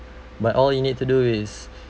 but all you need to do is